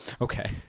Okay